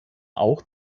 auch